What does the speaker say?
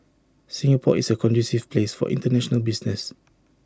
Singapore is A conducive place for International business